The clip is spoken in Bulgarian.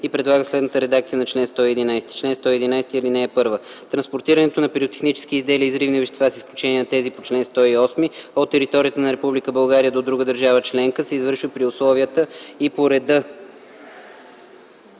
и предлага следната редакция на чл. 111: „Чл. 111. (1) Транспортирането на пиротехнически изделия и взривни вещества, с изключение на тези по чл. 108, от територията на Република България до друга държава членка, се извършва при условията и реда